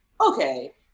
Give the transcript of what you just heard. Okay